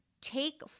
take